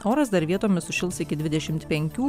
oras dar vietomis sušils iki dvidešimt penkių